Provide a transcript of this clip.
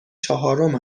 چهارم